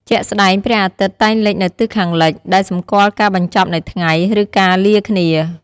ជាក់ស្តែង ព្រះអាទិត្យតែងលិចនៅទិសខាងលិច ដែលសម្គាល់ការបញ្ចប់នៃថ្ងៃ ឬការលាគ្នា។